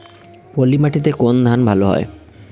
পলিমাটিতে কোন ধান ভালো হয়?